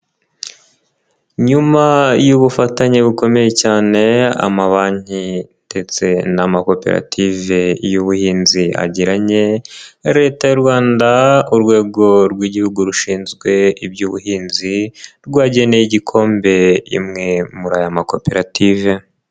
Nyuma y'ubufatanye bukomeye cyane amabanki ndetse n'amakoperative y'ubuhinzi agiranye, Leta y'u Rwanda Urwego rw'Igihugu rushinzwe iby'Ubuhinzi, rwageneye igikombe imwe muri aya makoperative.